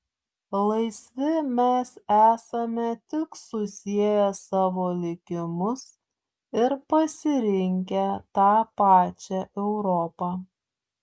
laisvi mes esame tik susieję savo likimus ir pasirinkę tą pačią europą